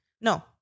no